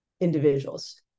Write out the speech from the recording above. individuals